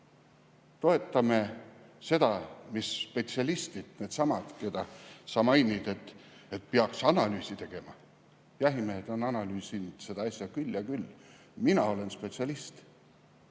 toetame seda, mis spetsialistid [on arvanud], needsamad, kelle kohta sa mainid, et peaks analüüsi tegema. Jahimehed on analüüsinud seda asja küll ja küll. Mina olen spetsialist,